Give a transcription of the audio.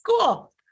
Cool